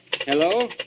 Hello